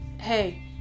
Hey